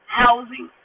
housing